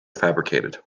fabricated